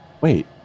wait